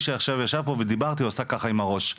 שעכשיו ישב פה ודיברתי עשה ככה עם הראש,